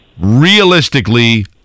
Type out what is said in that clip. realistically